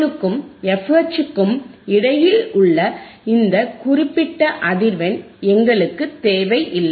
FL க்கும் FH க்கும் இடையில் உள்ள இந்த குறிப்பிட்ட அதிர்வெண் எங்களுக்கு தேவையில்லை